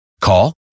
Call